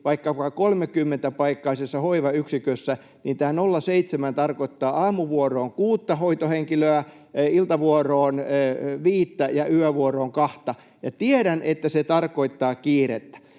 vaikkapa 30-paikkaisessa hoivayksikössä, niin tämä 0,7 tarkoittaa aamuvuoroon kuutta hoitohenkilöä, iltavuoroon viittä ja yövuoroon kahta. Tiedän, että se tarkoittaa kiirettä,